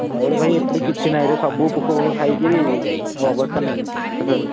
ମୋର ଭାଇ ଏପଟେ କିଛି ନାଇଁରେ ସବୁ ପୋକଫୋକ ଖାଇକରି ଆଉ ଅବସ୍ଥା ନାଇଁ ଚାଷରେ